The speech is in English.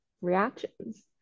reactions